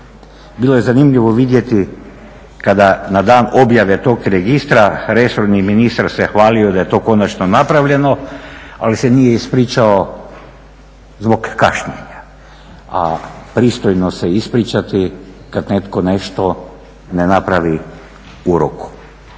Bilo je zanimljivo vidjeti kada na dan objave tog registra resorni ministar se hvalio da je to konačno napravljeno ali se nije ispričao zbog kašnjenja a pristojno se ispričati kada netko nešto ne napravi u roku.